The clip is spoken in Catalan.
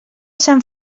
sant